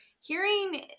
hearing